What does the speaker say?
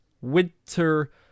winter